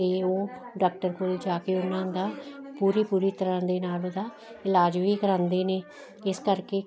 ਤੇ ਉਹ ਡਾਕਟਰ ਕੋਲ ਜਾ ਕੇ ਉਹਨਾਂ ਦਾ ਪੂਰੀ ਪੂਰੀ ਤਰ੍ਹਾਂ ਦੇ ਨਾਲ ਉਹਦਾ ਇਲਾਜ ਵੀ ਕਰਾਉਂਦੇ ਨੇ ਇਸ ਕਰਕੇ